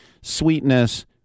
sweetness